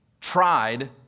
tried